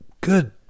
good